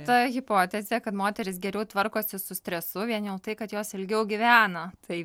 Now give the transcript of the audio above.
ta hipotezė kad moterys geriau tvarkosi su stresu vien jau tai kad jos ilgiau gyvena tai